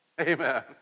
Amen